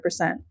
100%